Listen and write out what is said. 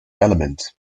element